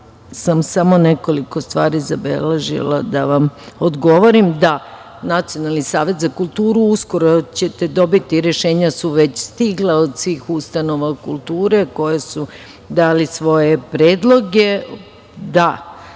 sam samo nekoliko stvari zabeležila da vam odgovorim. Što se tiče Nacionalnog saveta za kulturu, uskoro ćete dobiti, rešenja su već stigla od svih ustanova kulture koje su dale svoje predloge. Da,